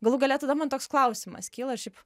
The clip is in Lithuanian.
galų gale tada man toks klausimas kyla šiaip